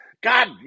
God